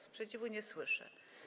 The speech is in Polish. Sprzeciwu nie słyszę.